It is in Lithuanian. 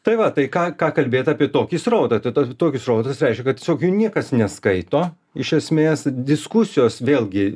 tai va tai ką ką kalbėt apie tokį srautą tai tas tokis srautas reiškia kad tiesiog jau niekas neskaito iš esmės diskusijos vėlgi